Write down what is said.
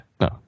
No